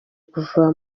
kuva